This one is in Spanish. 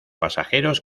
pasajeros